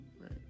Right